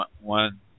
one